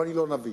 אבל אני לא נביא.